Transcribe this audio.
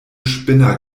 spinner